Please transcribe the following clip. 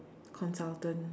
consultant